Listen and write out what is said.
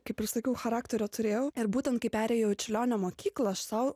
kaip ir sakiau charakterio turėjau ir būtent kai perėjau į čiurlionio mokyklą aš sau